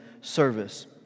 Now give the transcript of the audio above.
service